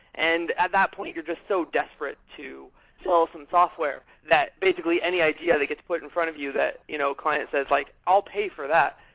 and at that point, you're just so desperate to sell some software that, basically, any idea that gets put in front of you that a you know client says, like i'll pay for that.